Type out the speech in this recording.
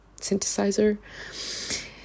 synthesizer